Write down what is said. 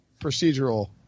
procedural